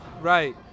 Right